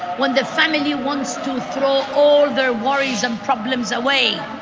when the family wants to throw all their worries and problems away